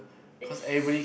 is